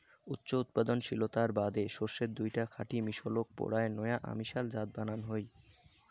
উচ্চ উৎপাদনশীলতার বাদে শস্যের দুইটা খাঁটি মিশলক পরায় নয়া অমিশাল জাত বানান হই